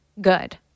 good